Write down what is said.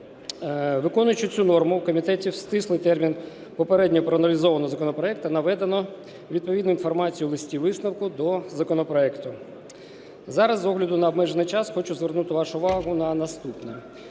Виконуючи цю норму, в комітеті в стислий термін попередньо проаналізованого законопроекту наведено відповідну інформацію в листі-висновку до законопроекту. Зараз з огляду на обмежений час хочу звернути вашу увагу на наступне.